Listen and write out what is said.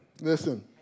Listen